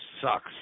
sucks